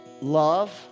love